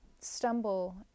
stumble